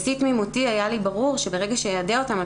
בשיא תמימותי היה לי ברור שברגע שאיידע אותם על